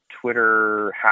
Twitter